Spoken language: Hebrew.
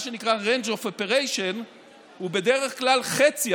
מה שנקרא ה-range of operation הוא בדרך כלל חצי,